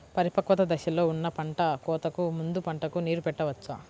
పరిపక్వత దశలో ఉన్న పంట కోతకు ముందు పంటకు నీరు పెట్టవచ్చా?